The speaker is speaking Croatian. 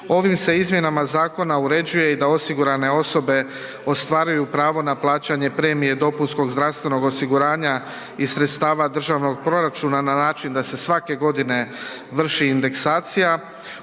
ovim se izmjenama zakona uređuje da osigurane osobe ostvaruju pravo na plaćanje premije DZO-a iz sredstava državnog proračuna na način da se svake godine vrši indeksacija